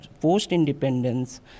post-independence